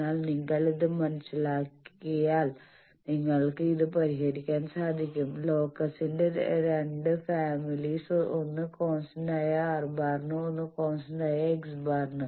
എന്നാൽ നിങ്ങൾ ഇത് മനസ്സിലാക്കിയാൽ നിങ്ങൾക്ക് ഇത് പരിഹരിക്കാൻ സാധിക്കും ലോക്കസിന്റെ രണ്ട് ഫാമിലിസ് ഒന്ന് കോൺസ്റ്റന്റായR⁻ന് ഒന്ന് കോൺസ്റ്റന്റായ x̄ ന്